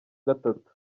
gatatu